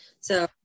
So-